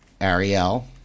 Ariel